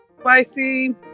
spicy